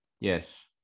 Yes